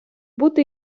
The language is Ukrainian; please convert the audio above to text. бути